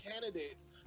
candidates